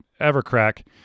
Evercrack